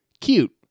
Cute